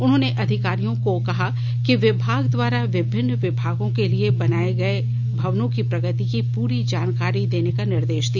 उन्होंने अधिकारियों को विभाग द्वारा विभिन्न विभागों के लिए बनाए जा रहे भवनों के प्रगति की पूरी जानकारी देने का निर्देश दिया